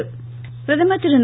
பிரதமர் பிரதமர் திரு